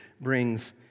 brings